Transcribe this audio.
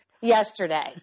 yesterday